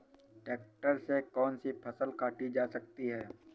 Tractor से कौन सी फसल काटी जा सकती हैं?